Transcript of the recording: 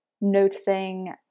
noticing